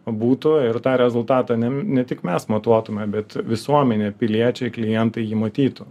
būtų ir tą rezultatą ne tik mes matuotume bet visuomenė piliečiai klientai jį matytų